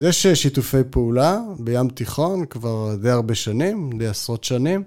יש שיתופי פעולה בים תיכון כבר די הרבה שנים, זה עשרות שנים.